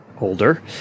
older